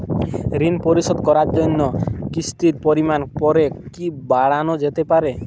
ঋন পরিশোধ করার জন্য কিসতির পরিমান পরে কি বারানো যেতে পারে?